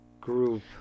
group